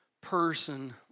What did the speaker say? person